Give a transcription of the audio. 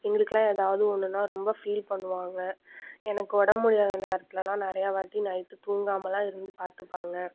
எங்களுக்கெலாம் ஏதாவுது ஒன்றுனா ரொம்ப ஃபீல் பண்ணுவாங்க எனக்கு ஒடம்பு முடியாத நேரத்திலலாம் நிறையா வாட்டி நைட்டு தூங்காமெலாம் இருந்து பார்த்துப்பாங்க